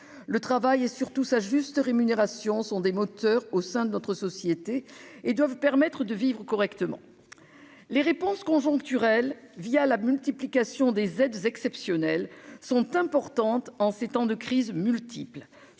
le travail et surtout sa juste rémunération sont des moteurs au sein de notre société et doivent permettre de vivre correctement les réponses conjoncturelles via la multiplication des aides exceptionnelles sont importantes en ces temps de crises multiples